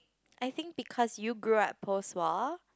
I think because you grew up post war